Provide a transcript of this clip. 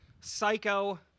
Psycho